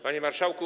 Panie Marszałku!